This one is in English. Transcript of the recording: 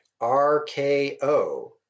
RKO